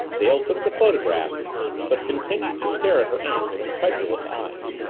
dale took the photograph but continued to stare at her aunt with incredulous eyes.